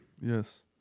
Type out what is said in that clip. Yes